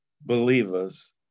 believers